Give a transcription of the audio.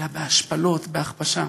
אלא בהשפלות, בהכפשה.